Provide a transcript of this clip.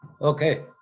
Okay